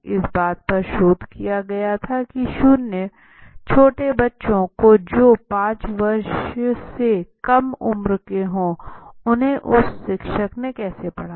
इस बात पर शोध किया गया था कि शून्य छोटे बच्चे को जो पांच वर्ष से काम उम्र हो उन्हें उस शिक्षक ने कैसे पढ़ाया